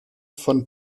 von